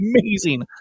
Amazing